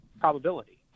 probability